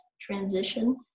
transition